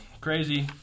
crazy